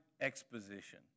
exposition